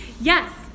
Yes